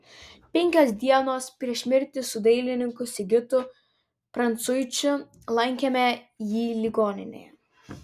penkios dienos prieš mirtį su dailininku sigitu prancuičiu lankėme jį ligoninėje